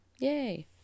Yay